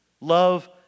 Love